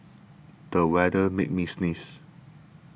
the weather made me sneeze